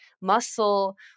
muscle